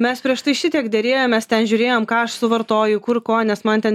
mes prieš tai šitiek derėjomės ten žiūrėjom ką aš suvartoju kur ko nes man ten